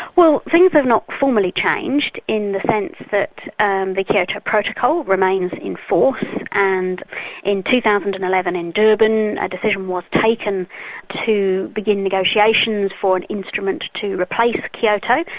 well things have not formally changed in the sense that and the kyoto protocol remains in force and in two thousand and eleven in durban a decision was taken to begin negotiations for an instrument to replace kyoto.